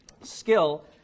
skill